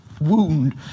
wound